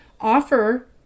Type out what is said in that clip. Offer